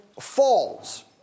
falls